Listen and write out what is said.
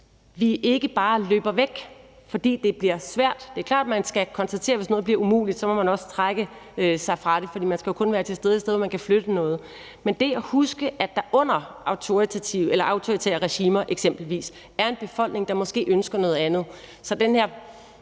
vi ikke bare løber væk, fordi det bliver svært. Det er klart, at konstaterer man, at noget bliver umuligt, må man også trække sig fra det, for man skal jo kun være til stede et sted, hvor man kan flytte noget. Men det er vigtigt at huske, at der under autoritære regimer eksempelvis er en befolkning, der måske ønsker noget andet.